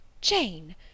Jane